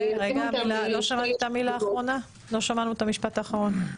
לא שמענו את המשפט האחרון.